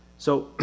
so,